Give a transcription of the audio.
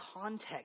context